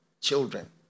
children